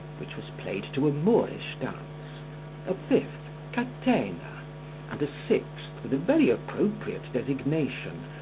which was played to a moorish dance a fifth, catena and a sixth, with a very appropriate designation,